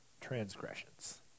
transgressions